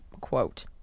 Quote